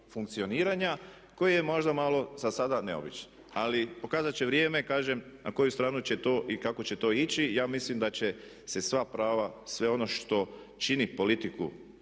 funkcioniranja koji je možda malo zasada neobičan. Ali pokazat će vrijeme kažem na koju stranu će to i kako će to ići. Ja mislim da će se sva prava, sve ono što čini politiku